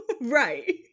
Right